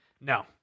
No